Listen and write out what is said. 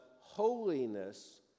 holiness